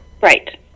Right